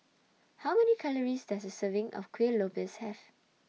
How Many Calories Does A Serving of Kueh Lopes Have